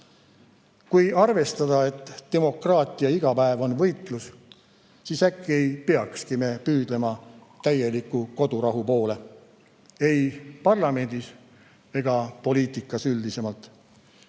Kui arvestada, et demokraatia igapäev on võitlus, siis äkki ei peakski me püüdlema täieliku kodurahu poole, ei parlamendis ega poliitikas üldisemalt.